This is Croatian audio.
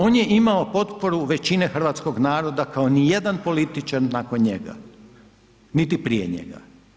On je imao potporu većine hrvatskog naroda kao ni jedan političar nakon njega, niti prije njega.